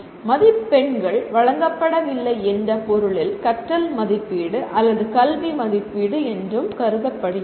மதிப்பெண்கள் வழங்கப்படவில்லை என்ற பொருளில் கற்றல் மதிப்பீடு அல்லது கல்வி மதிப்பீடு என்றும் கருதப்படுகிறது